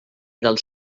del